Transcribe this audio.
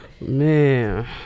Man